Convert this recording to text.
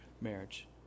marriage